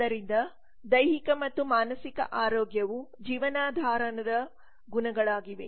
ಆದ್ದರಿಂದ ದೈಹಿಕ ಮತ್ತು ಮಾನಸಿಕ ಆರೋಗ್ಯವು ಜೀವನಾಧಾರದ ಗುಣಗಳಾಗಿವೆ